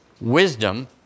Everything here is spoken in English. Wisdom